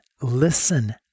listen